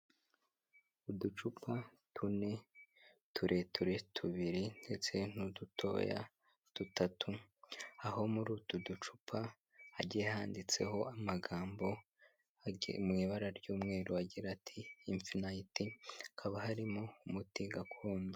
Uducupa tune tureture tubiri ndetse n'udutoya dutatu, aho muri utu ducupa hagiye handitseho amagambo mu ibara ry'umweru agira ati infinite, hakaba harimo umuti gakondo.